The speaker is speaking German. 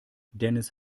dennis